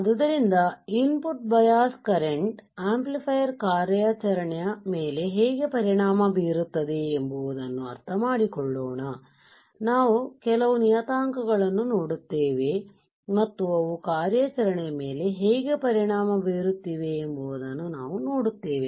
ಆದ್ದರಿಂದ input bias current input bias currents amplifier ಕಾರ್ಯಾಚರಣೆಯ ಮೇಲೆ ಹೇಗೆ ಪರಿಣಾಮ ಬೀರುತ್ತವೆ ಎಂಬುದನ್ನು ಅರ್ಥಮಾಡಿಕೊಳ್ಳೋಣ ನಾವು ಕೆಲವು ನಿಯತಾಂಕಗಳನ್ನು ನೋಡುತ್ತೇವೆ ಮತ್ತು ಅವು ಕಾರ್ಯಾಚರಣೆಯ ಮೇಲೆ ಹೇಗೆ ಪರಿಣಾಮ ಬೀರುತ್ತಿವೆ ಎಂಬುದನ್ನು ನಾವು ನೋಡುತ್ತೇವೆ